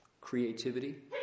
creativity